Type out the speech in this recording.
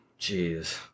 Jeez